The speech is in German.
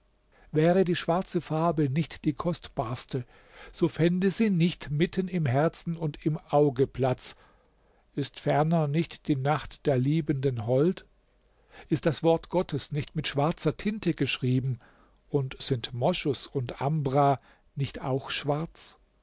wäre die schwarze farbe nicht die kostbarste so fände sie nicht mitten im herzen und im auge platz ist ferner nicht die nacht der liebenden hold ist das wort gottes nicht mit schwarzer tinte geschrieben und sind moschus und ambra nicht auch schwarz